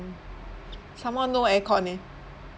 some more no aircon eh